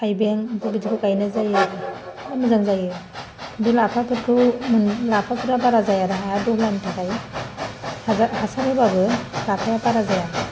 थायबें बेबायदिखौ गायनाय जायो आरो बिराद मोजां जायो खिनथु लाफाफोरखौ लाफाफोरा बारा जाया हा दहलानि थाखाय हाजार हासार होबाबो लाफाया बारा जाया